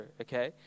okay